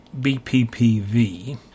BPPV